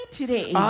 today